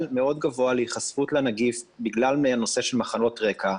מאוד גבוה להיחשפות לנגיף בגלל נושא של מחלות רקע.